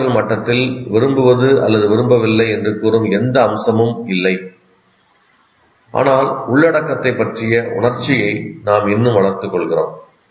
அறிவாற்றல் மட்டத்தில் விரும்புவது அல்லது விரும்பவில்லை என்று கூறும் எந்த அம்சமும் இல்லை ஆனால் உள்ளடக்கத்தைப் பற்றிய உணர்ச்சியை நாம் இன்னும் வளர்த்துக் கொள்கிறோம்